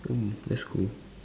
mm that's cool